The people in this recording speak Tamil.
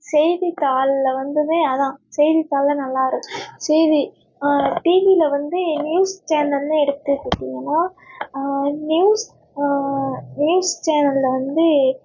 செய்தித்தாளில் வந்தது அதுதான் செய்தித்தாளில் நல்லா செய்தி டிவியில் வந்து நியூஸ் சேனல்னு எடுத்துக்கிட்டிங்கனால் நியூஸ் நியூஸ் சேனலில் வந்து